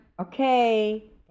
Okay